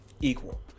equal